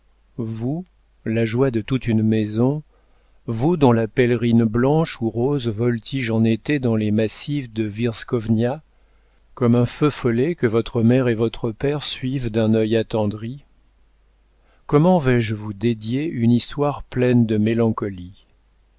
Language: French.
vous la joie de toute une maison vous dont la pèlerine blanche ou rose voltige en été dans les massifs de wierzchownia comme un feu follet que votre mère et votre père suivent d'un œil attendri comment vais-je vous dédier une histoire pleine de mélancolie